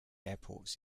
airports